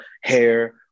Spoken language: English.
hair